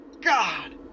God